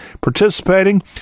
participating